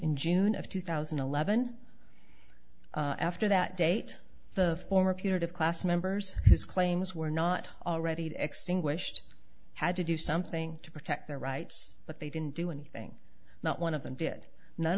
in june of two thousand and eleven after that date the former putative class members his claims were not already extinguished had to do something to protect their rights but they didn't do anything not one of them did none